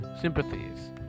sympathies